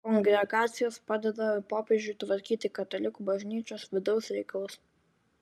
kongregacijos padeda popiežiui tvarkyti katalikų bažnyčios vidaus reikalus